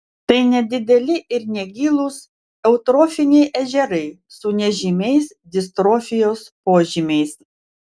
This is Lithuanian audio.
tai nedideli ir negilūs eutrofiniai ežerai su nežymiais distrofijos požymiais